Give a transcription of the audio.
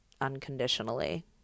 unconditionally